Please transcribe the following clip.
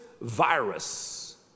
virus